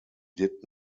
did